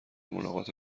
ملاقات